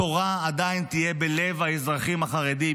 התורה עדיין תהיה בלב האזרחים החרדים,